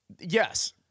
Yes